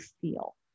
feel